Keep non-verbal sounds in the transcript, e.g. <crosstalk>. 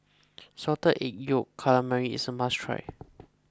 Salted Egg Yolk Calamari is a must try <noise>